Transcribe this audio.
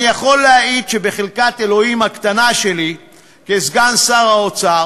אני יכול להעיד שבחלקת אלוהים הקטנה שלי כסגן שר האוצר